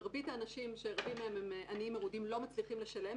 מרבית האנשים שרבים מהם הם עניים מרודים לא מצליחים לשלם.